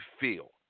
feel